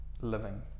living